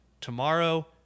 tomorrow